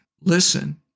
Listen